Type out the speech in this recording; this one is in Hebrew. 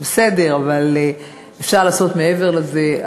בסדר, אבל אפשר לעשות מעבר לזה.